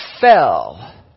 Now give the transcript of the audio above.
fell